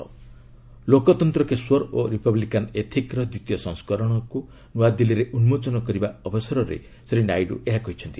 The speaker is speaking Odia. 'ଲୋକତନ୍ତ୍ର କେ ସ୍ପର ଓ ରିପବ୍ଲିକାନ ଏଥିକ୍'ର ଦ୍ୱିତୀୟ ସଂସ୍କରଣକୁ ନୂଆଦିଲ୍ଲୀରେ ଉନ୍ଦୋଚନ କରିବା ଅବସରରେ ଶୀ ନାଇଡ଼ ଏହା କହିଛନ୍ତି